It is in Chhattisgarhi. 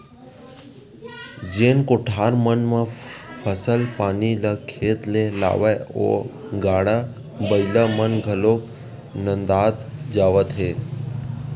जेन कोठार मन म फसल पानी ल खेत ले लावय ओ गाड़ा बइला मन घलोक नंदात जावत हे